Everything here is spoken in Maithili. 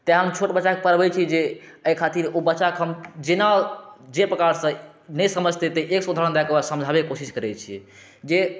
तैं हम छोट बच्चाके पढ़बै छी जे एहि खातिर ओ बच्चाके हम जेना जे प्रकारसँ नहि समझतै तऽ एक सए उदाहरण दअके ओकरा समझाबेकै कोशिश करै छियै जेकि